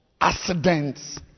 accidents